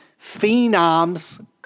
phenoms